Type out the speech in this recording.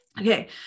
Okay